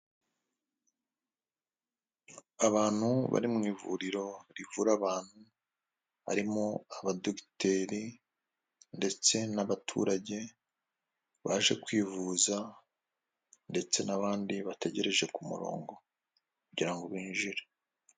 Abantu bari mu ivuriro rivura abantu, harimo abadogiteri ndetse n'abaturage baje kwivuza ndetse n'abandi bategereje ku murongo kugira ngo binjire.